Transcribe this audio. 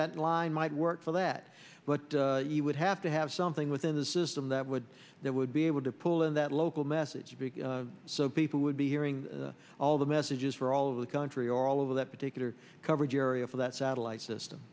that line might work for that but you would have to have something within the system that would that would be able to pull in that local message so people would be hearing all the messages for all of the country or all over that particular coverage area for that satellite system